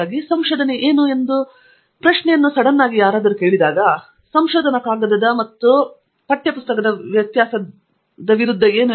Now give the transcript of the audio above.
ಹಾಗಾಗಿ ಸಂಶೋಧನೆ ಏನು ಎಂದು ಪ್ರಶ್ನೆ ಕೇಳಿದಾಗ ಸಂಶೋಧನಾ ಕಾಗದದ ವ್ಯತ್ಯಾಸದ ವಿರುದ್ಧ ಪಠ್ಯಪುಸ್ತಕವು ಏನು